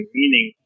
meaning